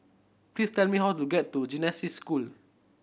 please tell me how to get to Genesis School